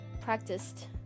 practiced